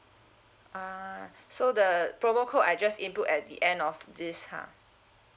ah so the promo code I just input at the end of this ha